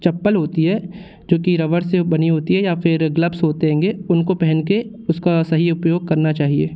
चप्पल होती है जो कि रबड़ से बनी होती है या फिर ग्लब्स होते हैं उनको पहन के उसका सही उपयोग करना चाहिए